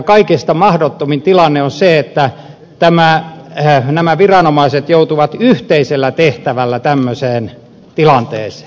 kaikista mahdottomin tilanne on se että nämä viranomaiset joutuvat yhteisellä tehtävällä tämmöiseen tilanteeseen